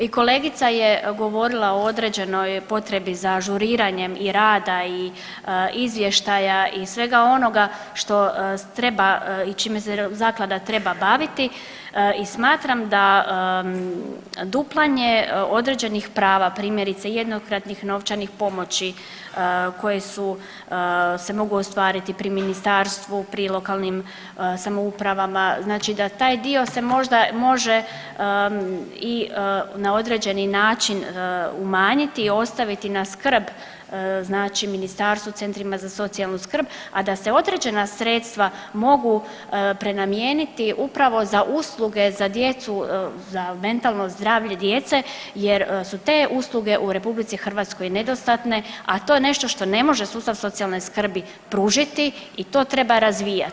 I kolegica je govorila o određenoj potrebi za ažuriranjem i rada i izvještaja i svega onoga što treba i čime se zaklada treba baviti i smatram da duplanje određenih prava primjerice jednokratnih novčanih pomoći koje su, se mogu ostvariti pri ministarstvu, pri lokalnim samoupravama znači da taj dio se možda može i na određeni način umanjiti i ostaviti na skrb znači ministarstvu, centrima za socijalnu skrb, a da se određena sredstva mogu prenamijeniti upravo za usluge za djecu za mentalno zdravlje djece jer su te usluge u RH nedostatne, a to je nešto što ne može sustav socijalne skrbi pružiti i to treba razvijati.